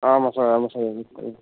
ஆமாம் சார் ஆமாம் sir okay sir okay sir